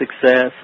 success